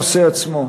על הנושא עצמו.